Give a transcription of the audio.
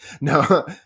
No